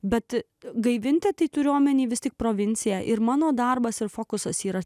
bet gaivinti tai turiu omeny vis tik provincija ir mano darbas ir fokusas yra